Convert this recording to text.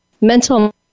mental